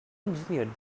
engineered